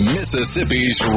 Mississippi's